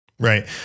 Right